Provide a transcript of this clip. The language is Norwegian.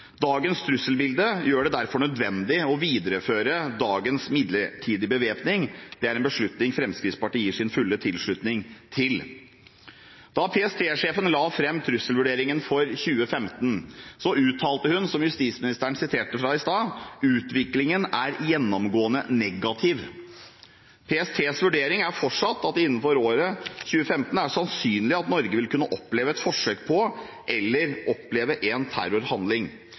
Dagens trusselbilde gjør det derfor nødvendig å videreføre dagens midlertidige bevæpning. Det er en beslutning Fremskrittspartiet gir sin fulle tilslutning til. Da PST-sjefen la fram trusselvurderingen for 2015, uttalte hun, slik justisministeren sa i stad, at utviklingen er gjennomgående negativ. PSTs vurdering er fortsatt at det innenfor året 2015 er sannsynlig at Norge vil kunne oppleve et forsøk på eller oppleve en terrorhandling.